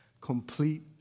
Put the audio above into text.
Complete